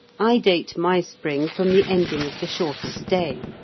i date my spring from the ending of the shortest day.